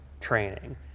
training